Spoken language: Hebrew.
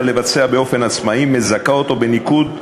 לבצע באופן עצמאי מזכה אותו בניקוד,